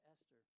Esther